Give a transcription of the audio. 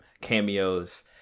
cameos